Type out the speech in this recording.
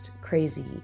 crazy